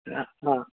हा हा